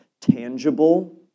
tangible